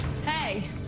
Hey